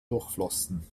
durchflossen